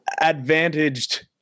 advantaged